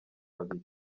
babiri